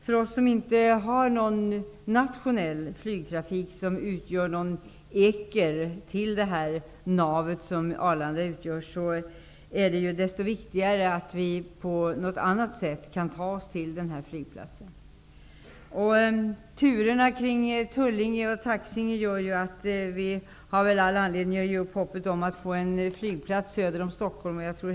För oss som inte har någon nationell flygtrafik som utgör en eker till det nav som Arlanda utgör, är det ju desto viktigare att vi på något annat sätt kan ta oss till den här flygplatsen. Turerna kring Tullinge och Taxinge gör ju att vi har all anledning att ge upp hoppet om att få en flygplats söder om Stockholm.